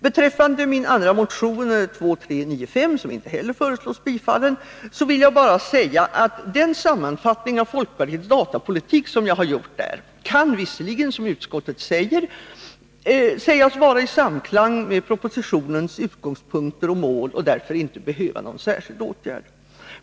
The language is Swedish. Beträffande min motion 2395, som inte heller föreslås bli bifallen, vill jag bara säga att den sammanfattning av folkpartiets datapolitik som jag där gjort visserligen, som utskottet säger, kan sägas vara i samklang med propositionens utgångspunkter och mål och därför inte behöva särskilt åtgärdas.